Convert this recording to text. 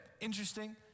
interesting